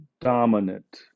dominant